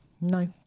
No